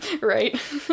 Right